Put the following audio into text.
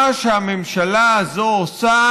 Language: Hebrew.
מה שהממשלה הזו עושה